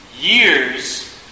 years